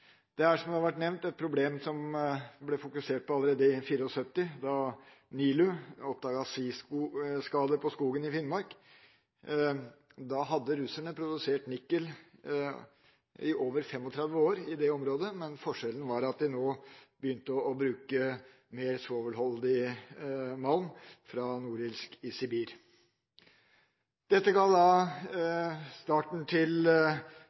Det er, som det har vært nevnt, et problem som ble fokusert på allerede i 1974, da Norsk institutt for luftforskning, NILU, oppdaget sviskader på skogen i Finnmark. Da hadde russerne produsert nikkel i over 35 år i dette området, men forskjellen var at de nå begynte å bruke mer svovelholdig malm fra Norilsk i Sibir. Dette ga starten til